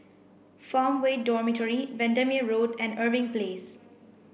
Farmway Dormitory Bendemeer Road and Irving Place